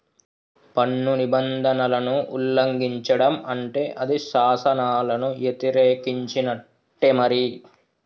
పన్ను నిబంధనలను ఉల్లంఘిచడం అంటే అది శాసనాలను యతిరేకించినట్టే మరి